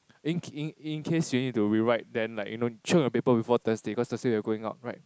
in in case you need to rewrite then like you know chiong your paper before Thursday cause Thursday we're going out right